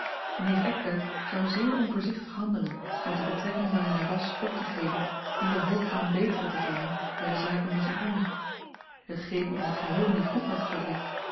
neef eckbert zou zeer onvoorzichtig handelen met de betrekking waarin hij was op te geven in de hoop van eene betere te vinden bij de zaken van zijn oom het ging in het geheel niet goed met de fabriek